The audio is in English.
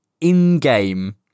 in-game